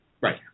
Right